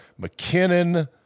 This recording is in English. McKinnon